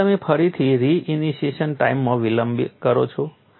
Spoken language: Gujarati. તેથી તમે ફરીથી રી ઇનિશિએશન ટાઇમમાં વિલંબ કરો છો